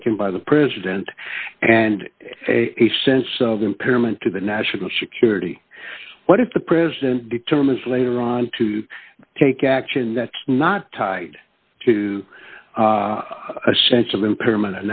taken by the president and a sense of empowerment to the national security what if the president determines later on to take action that's not tied to a sense of impairment